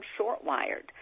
shortwired